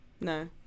No